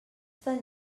tan